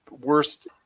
worst